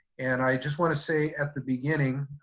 and i just want to say at the beginning,